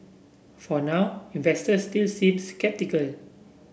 for now investors still seem sceptical